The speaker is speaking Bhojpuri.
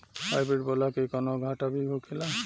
हाइब्रिड बोला के कौनो घाटा भी होखेला?